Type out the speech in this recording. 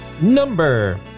number